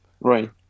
Right